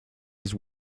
his